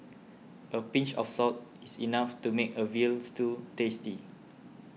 a pinch of salt is enough to make a Veal Stew tasty